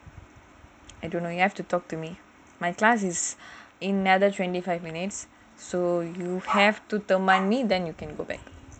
I don't know you have to talk to me my class is in nether twenty five minutes so you have to money then you can go back